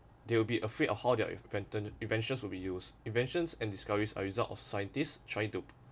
they'll be afraid of how their inventon~ inventions will be used inventions and discoveries are result of scientists trying to